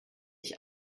ich